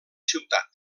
ciutat